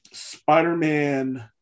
spider-man